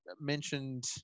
mentioned